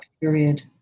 Period